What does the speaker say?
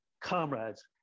comrades